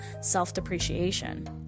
self-depreciation